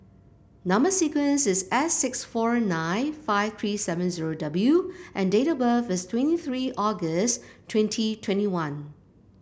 number sequence is S six four nine five three seven zero W and date of birth is twenty three August twenty twenty one